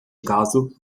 caso